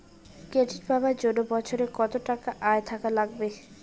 Credit পাবার জন্যে বছরে কত টাকা আয় থাকা লাগবে?